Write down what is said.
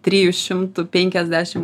trijų šimtų penkiasdešim